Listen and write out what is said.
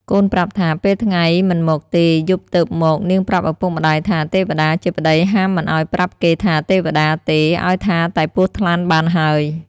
កូនប្រាប់ថា ពេលថ្ងៃមិនមកទេ យប់ទើបមក នាងប្រាប់ឪពុកម្ដាយថា ទេវតាជាប្ដីហាមមិនឱ្យប្រាប់គេថា ទេវតាទេឱ្យថាតែពស់ថ្លាន់បានហើយ។